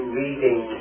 reading